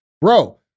Bro